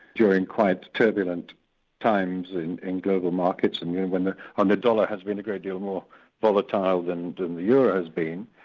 during quite turbulent times in in global markets and you know the um the dollar has been a great deal more volatile than than the euro has been,